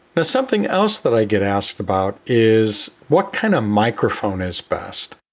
but something else that i get asked about is what kind of microphone is best?